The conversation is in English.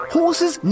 horses